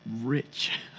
rich